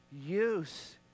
use